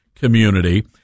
community